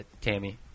Tammy